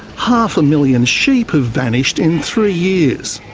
half a million sheep have vanished in three years.